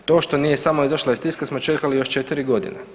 To što nije samo izašla iz tiska smo čekali još 4 godine.